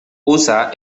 usa